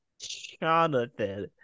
Jonathan